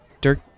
Dirk